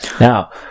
Now